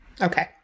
Okay